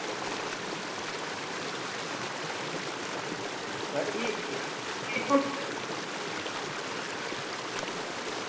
sir एह् एह् तुस